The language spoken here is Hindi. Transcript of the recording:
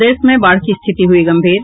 प्रदेश में बाढ़ की स्थिति हुई गंभीर